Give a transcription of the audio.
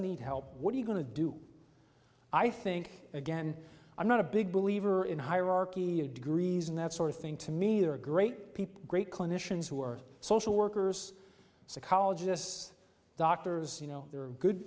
need help what are you going to do i think again i'm not a big believer in hierarchy of degrees and that sort of thing to me there are great people great clinicians who are social workers psychologists doctors you know they're good